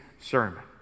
sermon